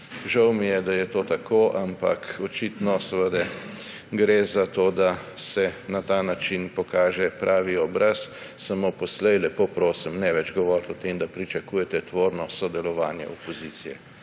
Žal mi je, da je to tako, ampak očitno gre za to, da se na ta način pokaže pravi obraz. Vendar poslej, lepo prosim, ne več govoriti o tem, da pričakujete tvorno sodelovanje opozicije.